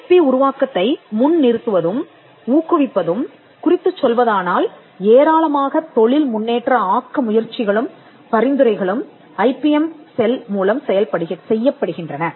IP உருவாக்கத்தை முன் நிறுத்துவதும் ஊக்குவிப்பதும் குறித்துச் சொல்வதானால் ஏராளமாகத் தொழில் முன்னேற்ற ஆக்க முயற்சிகளும் பரிந்துரைகளும் ஐபிஎம் செல் மூலம் செய்யப்படுகின்றன